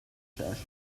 charge